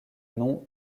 nom